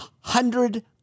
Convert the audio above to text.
hundred